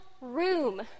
room